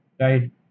right